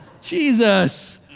Jesus